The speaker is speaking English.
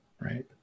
right